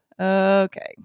okay